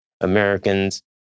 Americans